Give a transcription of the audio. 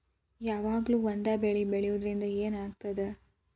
ಯಾವಾಗ್ಲೂ ಒಂದೇ ಬೆಳಿ ಬೆಳೆಯುವುದರಿಂದ ಏನ್ ಆಗ್ತದ?